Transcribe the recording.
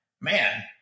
man